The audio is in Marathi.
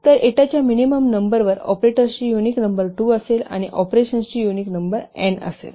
तर एटाच्या मिनिमम नंबरवर ऑपरेटरची युनिक नंबर 2 असेल आणि ऑपरेशन्सची युनिक नंबर एन असेल